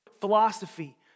philosophy